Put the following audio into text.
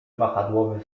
wahadłowy